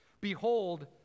Behold